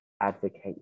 advocate